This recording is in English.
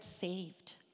saved